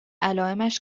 علائمش